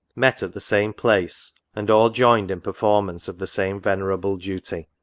met at the same place, and all joined in performance of the same venerable duty.